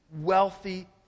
wealthy